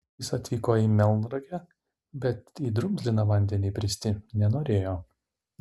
jis atvyko į melnragę bet į drumzliną vandenį bristi nenorėjo